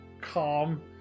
calm